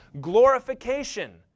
glorification